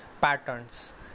patterns